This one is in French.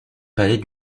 palais